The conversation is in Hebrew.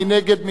מי נגד?